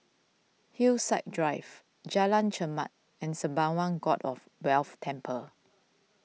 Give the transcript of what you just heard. Hillside Drive Jalan Chermat and Sembawang God of Wealth Temple